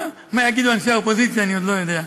מה יגידו אנשי האופוזיציה, אני עוד לא יודע.